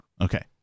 Okay